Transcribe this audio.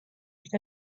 ერთ